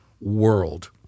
world